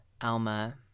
Alma